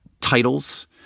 titles